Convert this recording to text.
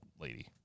lady